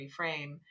reframe